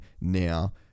now